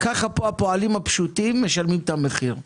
ככה פה הפועלים הפשוטים משלמים את המחיר.